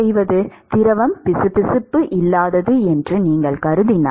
மாணவர்திரவம் பிசுபிசுப்பு இல்லாதது என்று நீங்கள் கருதினால்